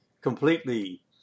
completely